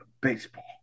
Baseball